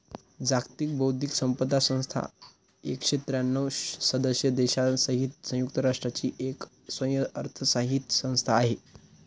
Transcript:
जागतिक बौद्धिक संपदा संस्था एकशे त्र्यांणव सदस्य देशांसहित संयुक्त राष्ट्रांची एक स्वयंअर्थसहाय्यित संस्था आहे